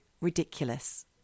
ridiculous